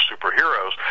superheroes